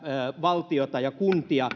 valtiota ja kuntia